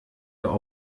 der